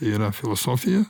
yra filosofija